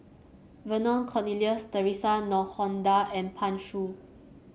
Vernon Cornelius Theresa Noronha and Pan Shou